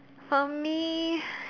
for me